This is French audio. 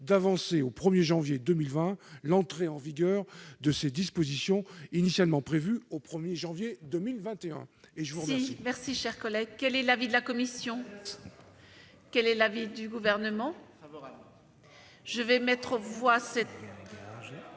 d'avancer au 1 janvier 2020 l'entrée en vigueur de ces dispositions, laquelle était initialement prévue au 1 janvier 2021.